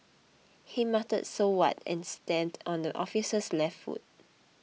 he muttered so what and stamped on the officer's left foot